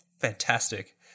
fantastic